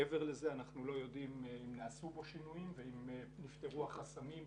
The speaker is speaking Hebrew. מעבר לזה אנחנו לא יודעים אם נעשו בו שינויים ואם נפתרו החסמים.